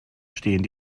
stehen